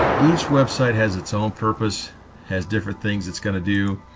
ah each website has its own purpose has different things that's going to do